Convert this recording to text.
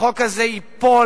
החוק הזה ייפול,